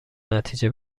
نتیجه